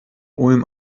ulm